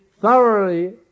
thoroughly